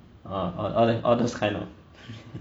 err all tho~ all those kind of